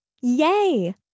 Yay